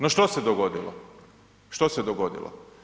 No što se dogodilo, što se dogodilo?